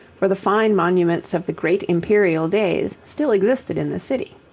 for the fine monuments of the great imperial days still existed in the city.